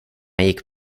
gick